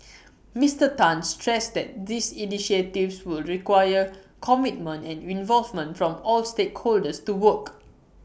Mister Tan stressed that these initiatives would require commitment and involvement from all stakeholders to work